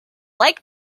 like